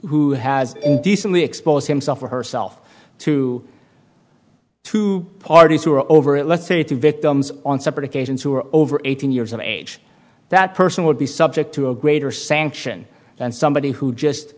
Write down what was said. who has decently expose himself or herself to two parties who are over it let's say two victims on separate occasions who are over eighteen years of age that person would be subject to a greater sanction and somebody who just